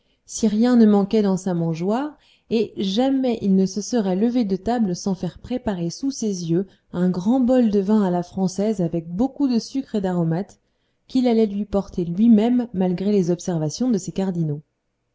si rien ne manquait dans sa mangeoire et jamais il ne se serait levé de table sans faire préparer sous ses yeux un grand bol de vin à la française avec beaucoup de sucre et d'aromates qu'il allait lui porter lui-même malgré les observations de ses cardinaux